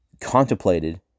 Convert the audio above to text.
contemplated